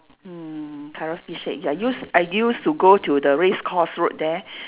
mm curry fish head ya used I used to go to the Race Course Road there